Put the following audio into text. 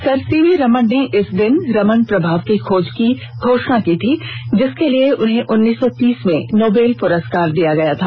sir C V Raman ने इस दिन रमन प्रभाव की खोज की घोषणा की थी जिसमें लिए उन्हें उन्नीस सौ तीस में नोबेल पुस्कार दिया गया था